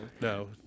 no